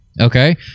okay